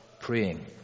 praying